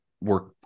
work